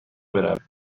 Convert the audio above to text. برویم